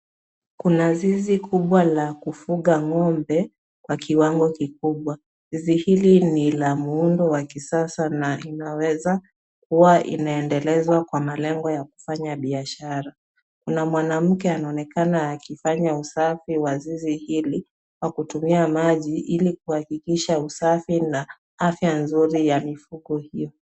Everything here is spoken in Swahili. Kuna zizi kubwa la kufuga ng'ombe kwa kiwango kikubwa. Zizi hili ni la muundo wa kisasa na linaweza kuwa inaendelezwa kwa malengo ya kufanya biashara. Kuna mwanamke anaonekana akifanya usafi wa zizi hili kwa kutumia maji, ili kuhakikisha usafi na afya nzuri ya mifugo hiyo.